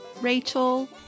Rachel